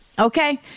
okay